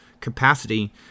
capacity